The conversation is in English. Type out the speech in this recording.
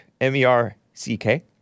M-E-R-C-K